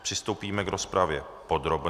Přistoupíme k rozpravě podrobné.